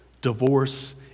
Divorce